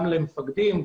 גם למפקדים,